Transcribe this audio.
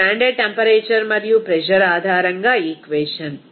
standard temperature మరియు pressure ఆధారంగా equation